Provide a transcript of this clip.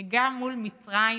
גם מול מצרים.